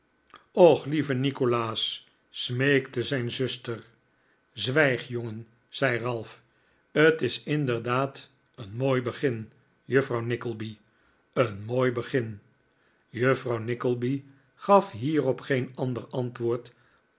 och lieve nikolaas smeekte zijn zuster zwijg jongen zei ralph t is inderdaad een mooi begin juffrouw nickleby een mooi begin juffrouw nickleby gaf hierop geen ander antwoord